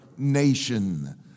nation